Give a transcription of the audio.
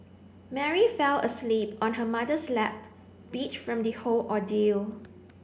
Mary fell asleep on her mother's lap beat from the whole ordeal